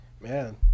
Man